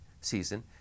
season